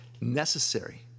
Necessary